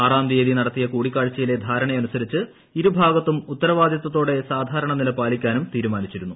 ആറാം തീയതി നടത്തിയ കൂടിക്കാഴ്ചയിലെ ധാരണയനുസരിച്ച് ഇരുഭാഗത്തും ഉത്തരവ്യാദിത്ത്തോടെ സാധാരണ നില പാലിക്കാനും തീരുമാനിച്ചിരുന്നു